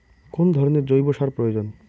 কোন ধরণের জৈব সার প্রয়োজন?